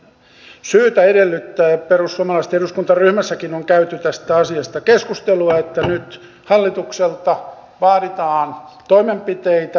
on syytä edellyttää perussuomalaisten eduskuntaryhmässäkin on käyty tästä asiasta keskustelua hallitukselta toimenpiteitä